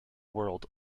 world